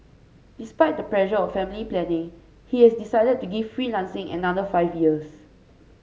despite the pressure of family planning he has decided to give freelancing another five years